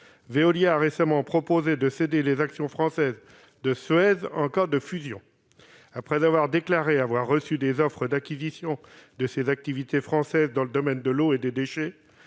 Veolia a récemment proposé de céder les activités françaises de Suez en cas de fusion. Suez a commencé par faire état d'offres d'acquisition de ses activités françaises dans le domaine de l'eau et des déchets,